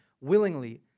willingly